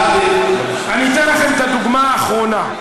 אני אתן לכם את הדוגמה האחרונה.